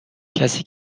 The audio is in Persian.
کسی